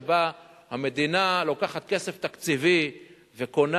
השיטה שבה המדינה לוקחת כסף תקציבי וקונה,